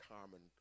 Carmen